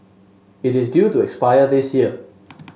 it is due to expire this year